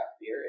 beer